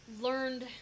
learned